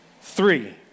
three